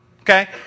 Okay